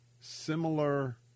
similar